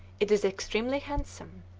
it is extremely handsome.